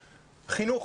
חינוך!